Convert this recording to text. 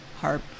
harp